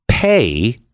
pay